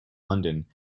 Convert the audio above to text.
london